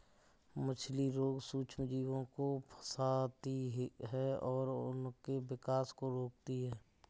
मछली रोग सूक्ष्मजीवों को फंसाती है और उनके विकास को रोकती है